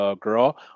girl